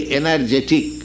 energetic